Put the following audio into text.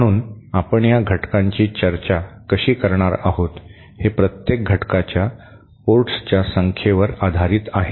म्हणून आपण या घटकांची चर्चा कशी करणार आहोत हे प्रत्येक घटकाच्या पोर्ट्सच्या संख्येवर आधारित आहे